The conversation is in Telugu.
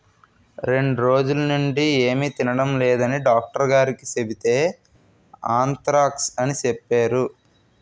రెండ్రోజులనుండీ ఏమి తినడం లేదని డాక్టరుగారికి సెబితే ఆంత్రాక్స్ అని సెప్పేరు